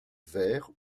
vers